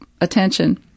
attention